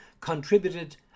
contributed